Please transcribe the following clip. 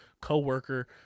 co-worker